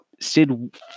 Sid